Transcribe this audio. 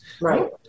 Right